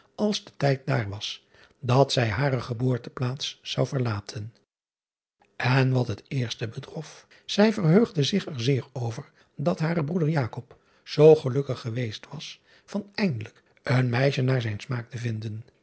als de tijd daar was dat zij hare geboorteplaats zou verlaten n wat het eerste betrof zij verheugde zich er zeer over dat hare broeder zoo gelukkig geweest was van eindelijk een meisje naar zijn smaak te vinden